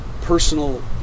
personal